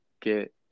get